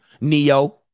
Neo